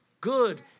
Good